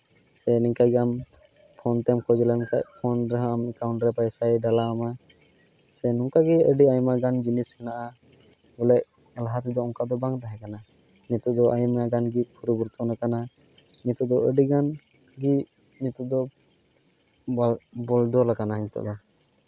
ᱥᱮ ᱱᱤᱠᱟᱹ ᱜᱮ ᱟᱢ ᱯᱷᱳᱱ ᱛᱮᱢ ᱠᱷᱚᱡᱽ ᱞᱮᱱᱠᱷᱟᱱ ᱯᱷᱳᱱ ᱨᱮᱦᱚᱢ ᱮᱠᱟᱣᱩᱱᱴ ᱨᱮ ᱯᱚᱭᱥᱟ ᱰᱷᱟᱞᱟᱣ ᱟᱢᱟ ᱥᱮ ᱱᱚᱝᱠᱟᱜᱮ ᱟᱹᱰᱤ ᱟᱭᱢᱟ ᱜᱟᱱ ᱡᱤᱱᱤᱥ ᱦᱮᱱᱟᱜᱼᱟ ᱵᱚᱞᱮ ᱞᱟᱦᱟ ᱛᱮᱫᱚ ᱚᱱᱠᱟ ᱫᱚ ᱵᱟᱝ ᱛᱟᱦᱮᱸ ᱠᱟᱱᱟ ᱱᱤᱛᱚᱜ ᱫᱚ ᱟᱭᱢᱟ ᱜᱟᱱ ᱜᱮ ᱯᱚᱨᱤᱵᱚᱨᱛᱚᱱ ᱟᱠᱟᱱᱟ ᱱᱤᱛᱚᱜ ᱫᱚ ᱟᱹᱰᱤ ᱜᱟᱱ ᱜᱮ ᱱᱤᱛᱚᱜ ᱫᱚ ᱵᱚᱫᱚᱞ ᱟᱠᱟᱱᱟ ᱱᱤᱛᱚᱜ ᱫᱚ